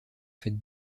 faite